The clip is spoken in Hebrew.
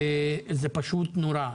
זה פשוט נורא.